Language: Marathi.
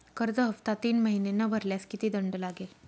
कर्ज हफ्ता तीन महिने न भरल्यास किती दंड लागेल?